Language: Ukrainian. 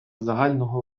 загального